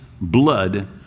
blood